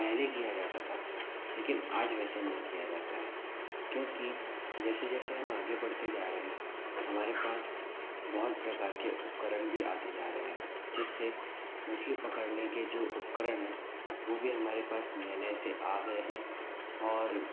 पहले किया जाता था लेकिन आज वैसे नहीं किया जाता है क्योंकि जैसे जैसे हम आगे बढ़ते जा रहे हमारे पास बहुत प्रकार के उपकरण भी आते जा रहे जिससे मछली पकड़ने के जो उपकरण हैं वो भी हमारे पास नए नए से आ गए हैं और